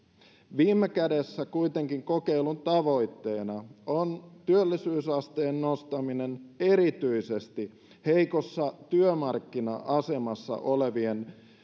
viime kädessä kuitenkin kokeilun tavoitteena on työllisyysasteen nostaminen erityisesti heikossa työmarkkina asemassa olevien